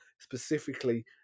specifically